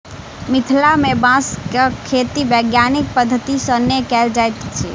मिथिला मे बाँसक खेती वैज्ञानिक पद्धति सॅ नै कयल जाइत अछि